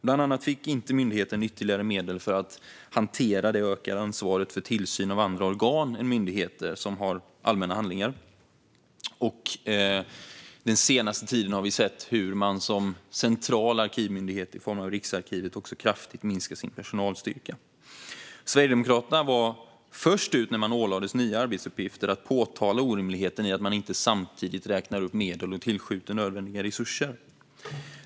Bland annat fick inte myndigheten ytterligare medel för att hantera det ökade ansvaret för tillsyn av andra organ än myndigheter som har allmänna handlingar. Den senaste tiden har vi också sett hur Riksarkivet som central arkivmyndighet kraftigt minskar sin personalstyrka. Sverigedemokraterna var först ut, när man ålade myndigheten nya arbetsuppgifter, att påtala orimligheten i att man inte samtidigt räknade upp medel och tillsköt nödvändiga resurser.